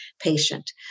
patient